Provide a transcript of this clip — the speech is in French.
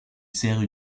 serre